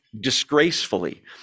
disgracefully